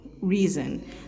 reason